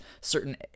certain